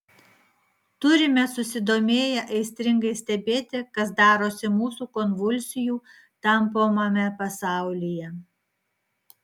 turime susidomėję aistringai stebėti kas darosi mūsų konvulsijų tampomame pasaulyje